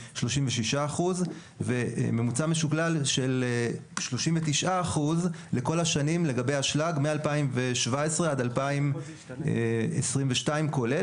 36% וממוצא משוקלל של 39% לכל השנים לגבי אשלג מ-2017 עד 2022 כולל.